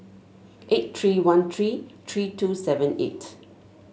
eight three one three three two seven eight